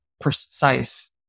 precise